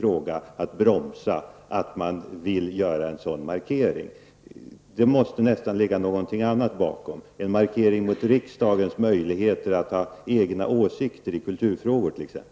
Det måste ligga någonting annat bakom, t.ex. en markering mot riksdagens möjligheter att ha egna åsikter i kulturfrågor.